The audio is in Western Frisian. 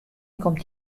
komt